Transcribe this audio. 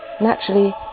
Naturally